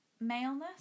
maleness